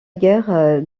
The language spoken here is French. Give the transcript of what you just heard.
guerre